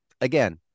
again